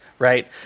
right